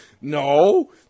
No